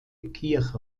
kirche